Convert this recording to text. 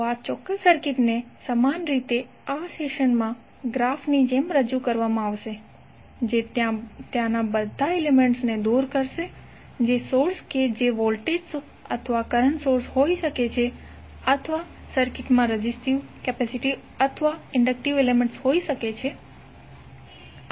તો આ ચોક્કસ સર્કિટને સમાન રીતે આ સેશન માં ગ્રાફની જેમ રજૂ કરવામાં આવશે જે ત્યાંના બધા એલિમેન્ટ્સને દૂર કરશે જે સોર્સ કે જે વોલ્ટેજ અથવા કરંટ સોર્સ હોઈ શકે છે અથવા સર્કિટમાં રેઝીસ્ટીવ કેપેસિટીવ અથવા ઇંડકટીવ એલિમેન્ટ્સ હોઈ શકે છે